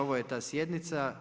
Ovo je ta sjednica.